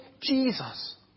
Jesus